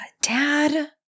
Dad